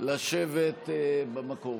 לשבת במקום.